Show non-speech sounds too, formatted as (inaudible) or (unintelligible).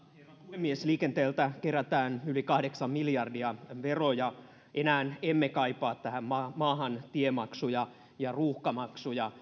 puhemies liikenteeltä kerätään yli kahdeksan miljardia veroja enää emme kaipaa tähän maahan tiemaksuja ja ruuhkamaksuja (unintelligible)